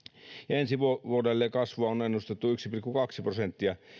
ensi vuodelle kasvua on ennustettu yksi pilkku kaksi prosenttia